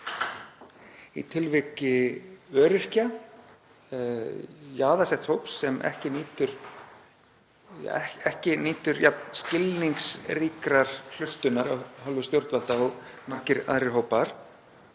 Í tilviki öryrkja, jaðarsetts hóps sem ekki nýtur jafn skilningsríkrar hlustunar af hálfu stjórnvalda og margir aðrir hópar,